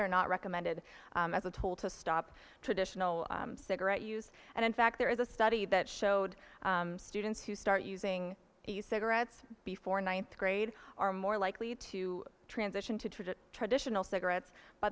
they're not recommended as a tool to stop traditional cigarette use and in fact there is a study that showed students who start using the cigarettes before ninth grade are more likely to transition to treat it traditional cigarettes by